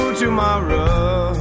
tomorrow